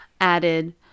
added